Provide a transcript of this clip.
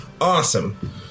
Awesome